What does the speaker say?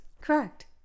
Correct